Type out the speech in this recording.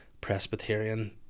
Presbyterian